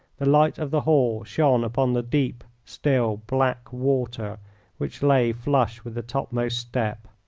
the light of the hall shone upon the deep, still, black water which lay flush with the topmost step.